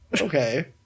Okay